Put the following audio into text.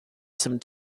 some